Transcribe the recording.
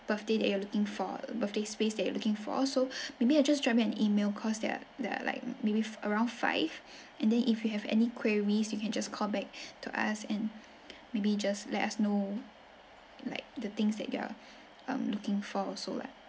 birthday that you are looking for birthday space that you looking for so maybe I'll just drop you an email because there are there are like maybe around five and then if you have any queries you can just call back to us and maybe just let us know like the things that you are um looking for also lah